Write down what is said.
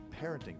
parenting